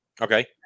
Okay